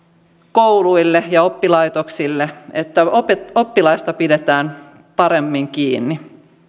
kouluille ja oppilaitoksille siihen että oppilaista pidetään paremmin kiinni